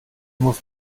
muss